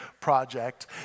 project